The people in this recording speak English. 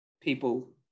people